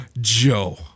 Joe